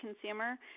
consumer